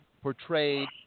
portrayed